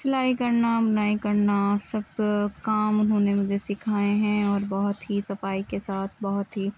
سلائی کرنا بنائی کرنا سب کام انہوں نے مجھے سکھائے ہیں اور بہت ہی صفائی کے ساتھ بہت ہی